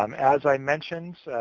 um as i mentioned,